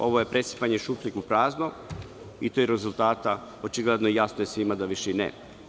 Ovo je presipanje iz šupljeg u prazno, a rezultata, očigledno je jasno svima da više i nema.